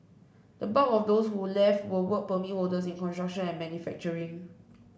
the bulk of those who left were Work Permit holders in construction and manufacturing